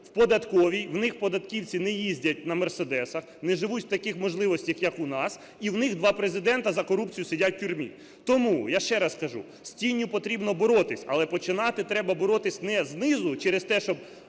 в податковій, в них податківці не їздять на "Мерседесах", не живуть в таких можливостях, як у нас і у них два президента за корупцію сидять в тюрмі. Тому, я ще раз кажу, з тінню потрібно боротися, але починати треба боротися не знизу через те, щоб